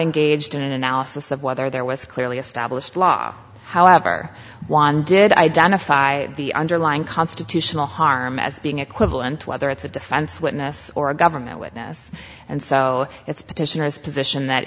engaged in an analysis of whether there was clearly established law however one did identify the underlying constitutional harm as being equivalent whether it's a defense witness or a government witness and so it's petitioners position that